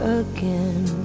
again